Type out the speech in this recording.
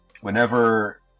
whenever